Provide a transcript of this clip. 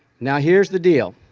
now, here's the deal.